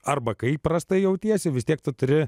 arba kaip prastai jautiesi vis tiek tu turi